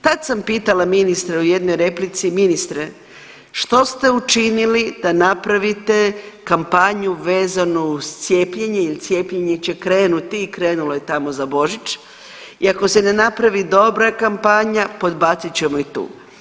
Tad sam pitala ministra u jednoj replici, ministre što ste učinili da napravite kampanju vezano uz cijepljenje jer cijepljenje će krenuti i krenulo je tamo za Božić i ako se ne napravi dobra kampanja podbacit ćemo i tu.